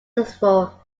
successful